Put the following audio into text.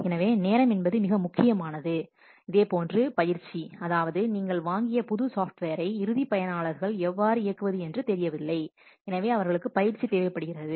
எனவே நேரம் என்பது மிக முக்கியமானது இதேபோன்று பயிற்சிஅதாவது நீங்கள் வாங்கிய புது சாஃப்ட்வேரை இறுதி பயனாளர்கள் எவ்வாறு இயக்குவது என்று தெரியவில்லை எனவே அவர்களுக்கு பயிற்சி தேவைப்படுகிறது